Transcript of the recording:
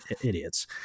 idiots